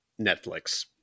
Netflix